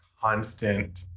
constant